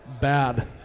bad